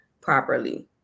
properly